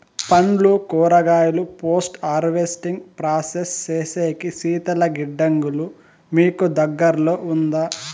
పండ్లు కూరగాయలు post harvesting process సేసేకి శీతల గిడ్డంగులు మీకు దగ్గర్లో ఉందా?